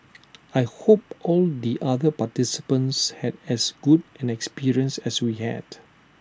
I hope all the other participants had as good an experience as we had